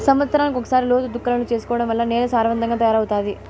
సమత్సరానికి ఒకసారి లోతు దుక్కులను చేసుకోవడం వల్ల నేల సారవంతంగా తయారవుతాది